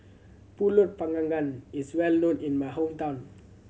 Pulut Panggang gang is well known in my hometown